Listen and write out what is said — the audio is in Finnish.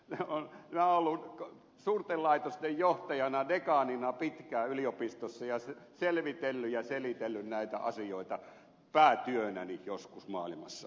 minä olen ollut suurten laitosten johtajana dekaanina pitkään yliopistossa ja selvitellyt ja selitellyt näitä asioita päätyönäni joskus maailmassa